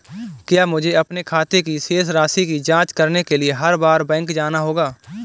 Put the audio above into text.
क्या मुझे अपने खाते की शेष राशि की जांच करने के लिए हर बार बैंक जाना होगा?